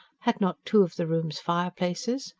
had not two of the rooms fireplaces?